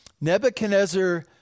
Nebuchadnezzar